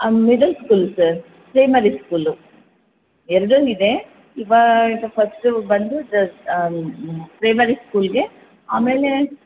ಹಾಂ middle school sir primary school ಎರಡೂ ಇದೆ ಇವಾಗ ಫಸ್ಟು ಬಂದು ಜ ಪ್ರೈಮರಿ ಸ್ಕೂಲ್ಗೆ ಆಮೇಲೆ